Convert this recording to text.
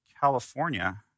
California